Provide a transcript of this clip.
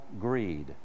greed